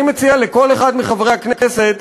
אני מציע לכל אחד מחברי הכנסת,